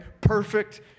Perfect